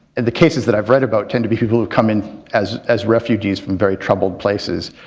and the cases that i've read about tend to be people who've come in as as refugees from very troubled places,